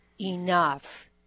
enough